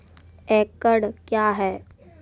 एकड कया हैं?